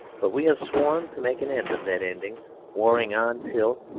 but we have sworn to make an end of that ending warring on until,